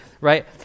right